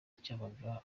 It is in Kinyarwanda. cyabaga